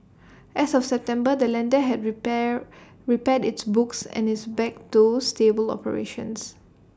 as of September the lender had repair repaired its books and is back to stable operations